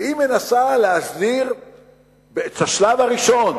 והיא מנסה להסדיר את השלב הראשון